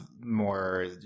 more